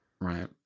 Right